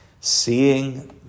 seeing